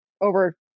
over